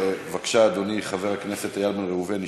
בבקשה, אדוני, חבר הכנסת איל בן ראובן ישאל: